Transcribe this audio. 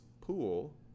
pool